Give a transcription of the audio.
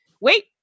wait